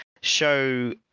show